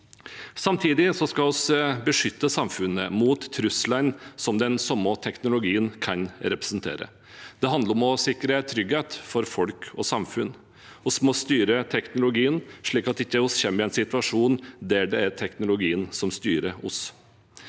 Samtidig skal vi beskytte samfunnet mot truslene som den samme teknologien kan representere. Det handler om å sikre trygghet for folk og samfunn. Vi må styre teknologien, slik at vi ikke kommer i en situasjon der det er teknologien som styrer oss.